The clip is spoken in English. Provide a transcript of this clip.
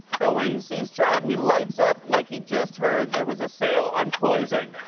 though when he sees trump, he lights up like he just heard there was a sale on poison.